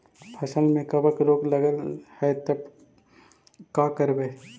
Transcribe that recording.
फसल में कबक रोग लगल है तब का करबै